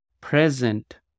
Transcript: present